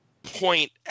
point